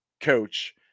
coach